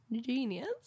Genius